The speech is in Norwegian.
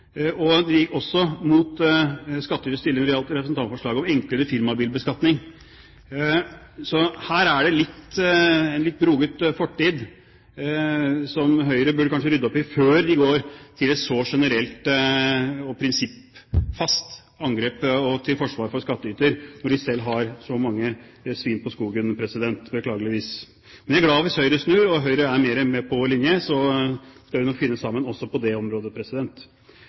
og de gikk også imot skattyters stilling når det gjaldt representantforslaget om enklere firmabilbeskatning. Her er det en litt broket fortid, som Høyre kanskje burde rydde opp i før de går til et så generelt og prinsippfast angrep til forsvar for skattyter – når de selv har så mange svin på skogen, beklageligvis. Men jeg er glad hvis Høyre snur, og hvis Høyre er mer med på vår linje, skal vi nok finne sammen også på det området.